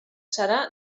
serà